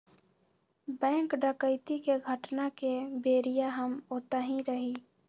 bank डकैती के घटना के बेरिया हम ओतही रही